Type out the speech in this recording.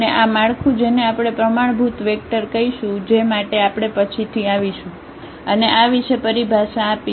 અને આ માળખું જેને આપણે પ્રમાણભૂત વેક્ટર કહીશું જે માટે આપણે પછીથી આવીશું અને આ વિશે પરિભાષા આપીશું